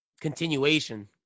continuation